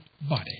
body